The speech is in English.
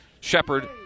Shepard